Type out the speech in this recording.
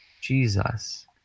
Jesus